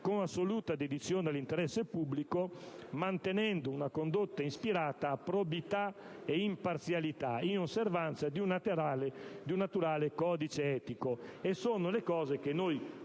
con assoluta dedizione all'interesse pubblico, mantenendo una condotta ispirata a probità e imparzialità, in osservanza di un naturale codice etico.